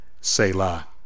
Selah